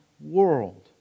world